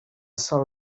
sol